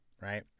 right